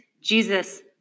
Jesus